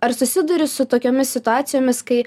ar susiduri su tokiomis situacijomis kai